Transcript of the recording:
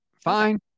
fine